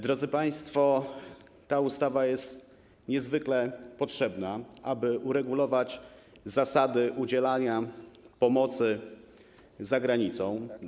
Drodzy państwo, ta ustawa jest niezwykle potrzebna do uregulowania zasad udzielania pomocy za granicą.